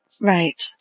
Right